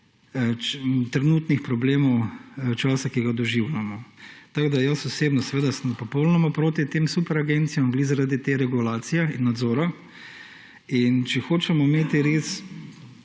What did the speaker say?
trenutnih problemov časa, ki ga doživljamo. Jaz osebno sem popolnoma proti tem superagencijam ravno zaradi te regulacije in nadzora in če hočemo imeti res